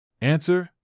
Answer